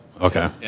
Okay